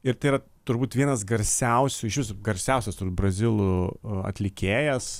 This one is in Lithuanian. ir tai yra turbūt vienas garsiausių iš viso garsiausias brazilų atlikėjas